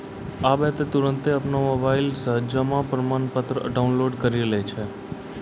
आबै त तुरन्ते अपनो मोबाइलो से जमा प्रमाणपत्र डाउनलोड करि लै छै